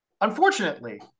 Unfortunately